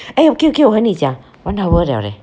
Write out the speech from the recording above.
eh okay okay 我跟你讲 one hour liao leh